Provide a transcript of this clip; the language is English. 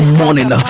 morning